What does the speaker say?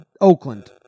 Oakland